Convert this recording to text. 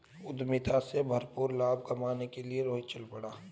उद्यमिता से भरपूर लाभ कमाने के लिए रोहित चल पड़ा